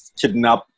kidnap